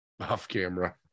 Off-camera